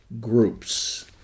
groups